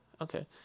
okay